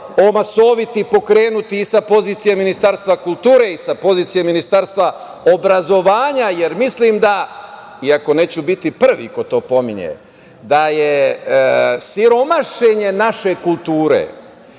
omasoviti, pokrenuti i sa pozicije Ministarstva kulture i sa pozicije Ministarstva obrazovanja, jer mislim da, iako neću biti prvi ko to pominje, da je siromašenje naše kulture